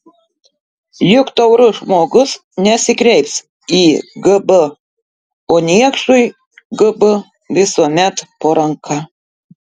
juk taurus žmogus nesikreips į gb o niekšui gb visuomet po ranka